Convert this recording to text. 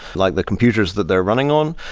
like the computers that they're running on.